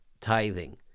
tithing